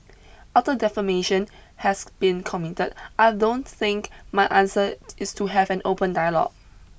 after defamation has been committed I don't think my answer is to have an open dialogue